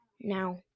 now